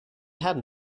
had